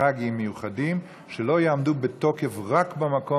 טרגיים מיוחדים, שלא יעמדו בתוקף שרק במקום